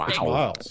Wow